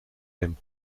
him